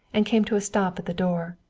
and came to a stop at the door.